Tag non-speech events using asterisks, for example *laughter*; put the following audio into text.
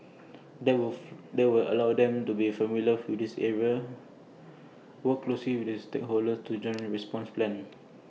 that *unintelligible* that will allow them to be familiar with this areas work close with stakeholders in joint response plans